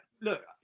look